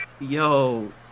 yo